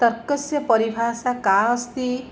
तर्कस्य परिभाषा का अस्ति